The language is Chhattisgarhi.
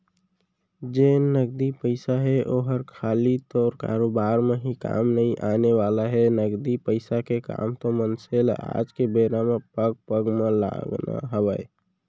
जेन नगदी पइसा हे ओहर खाली तोर कारोबार म ही काम नइ आने वाला हे, नगदी पइसा के काम तो मनसे ल आज के बेरा म पग पग म लगना हवय